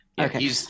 Okay